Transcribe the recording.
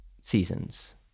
seasons